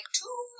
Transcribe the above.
two